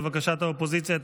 לבקשת האופוזיציה,